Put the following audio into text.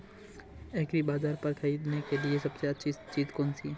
एग्रीबाज़ार पर खरीदने के लिए सबसे अच्छी चीज़ कौनसी है?